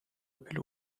abil